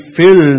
filled